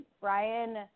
Brian